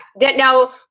Now